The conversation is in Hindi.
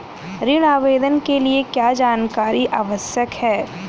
ऋण आवेदन के लिए क्या जानकारी आवश्यक है?